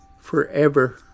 forever